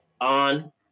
on